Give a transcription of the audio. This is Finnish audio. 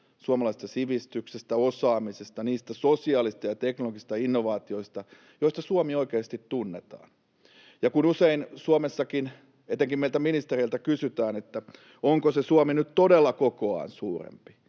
suomalaisesta sivistyksestä, osaamisesta, niistä sosiaalisista ja teknologisista innovaatioista, joista Suomi oikeasti tunnetaan. Ja kun usein Suomessakin etenkin meiltä ministereiltä kysytään, onko se Suomi nyt todella kokoaan suurempi,